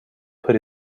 put